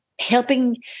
helping